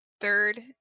third